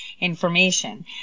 information